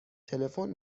تلفن